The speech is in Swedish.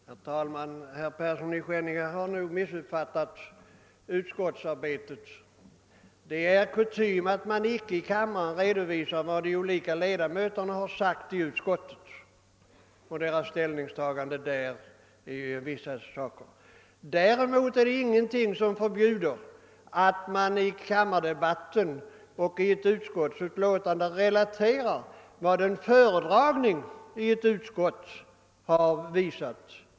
Herr talman! Herr Persson i Skänninge har nog missuppfattat utskottsarbetet. Det är kutym att man icke i kammaren redovisar vad de olika ledamöterna sagt i utskottet och deras ställningstagande där i olika frågor. Däremot är det ingenting som förbjuder att man i riksdagsdebatten eller i ett utskottsutlåtande relaterar vad som framkommit vid en föredragning i ett utskott.